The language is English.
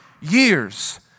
years